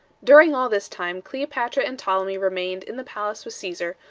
during all this time cleopatra and ptolemy remained in the palace with caesar,